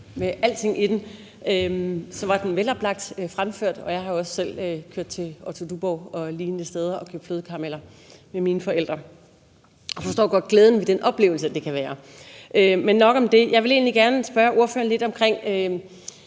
i alting i den, var den veloplagt fremført, og jeg har også selv kørt til Otto Duborg og lignende steder og købt flødekarameller med mine forældre. Og jeg forstår godt glæden ved den oplevelse, det kan være. Nok om det. Jeg vil egentlig gerne spørge ordføreren lidt om det,